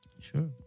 Sure